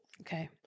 okay